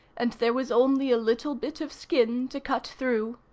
and there was only a little bit of skin to cut through.